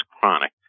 chronic